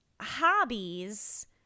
hobbies